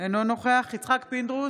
אינו נוכח יצחק פינדרוס,